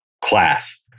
class